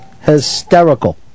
Hysterical